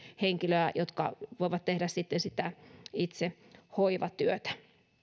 henkilöä jotka voivat tehdä sitä hoivatyötä